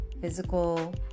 physical